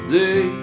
day